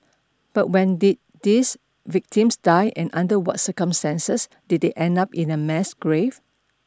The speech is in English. but when did these victims die and under what circumstances did they end up in a mass grave